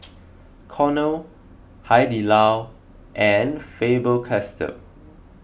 Cornell Hai Di Lao and Faber Castell